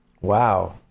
Wow